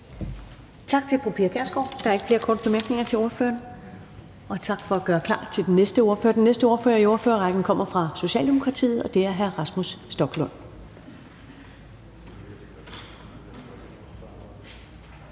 Tak til fru Pia Kjærsgaard. Der er ikke flere korte bemærkninger til ordføreren. Tak for at gøre klar til den næste ordfører. Den næste ordfører i ordførerrækken kommer fra Socialdemokratiet, og det er hr. Rasmus Stoklund.